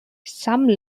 some